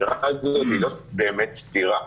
הסתירה הזאת היא לא באמת סתירה.